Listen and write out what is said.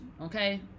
okay